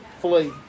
flee